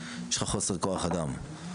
יש לך חוסר כוח אדם,